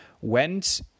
went